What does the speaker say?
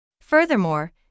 Furthermore